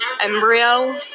embryo